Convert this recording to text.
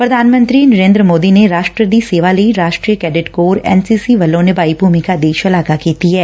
ਪ੍ਰਧਾਨ ਮੰਤਰੀ ਨਰੇ'ਦਰ ਮੋਦੀ ਨੇ ਰਾਸ਼ਟਰ ਦੀ ਸੇਵਾ ਲਈ ਰਾਸ਼ਟਰੀ cadet corps N C C ਵੱਲੋ' ਨਿਭਾਈ ਭੂਮਿਕਾ ਦੀ ਸ਼ਲਾਘਾ ਕੀਤੀ ਐ